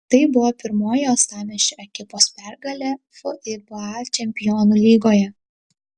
tai buvo pirmoji uostamiesčio ekipos pergalė fiba čempionų lygoje